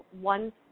one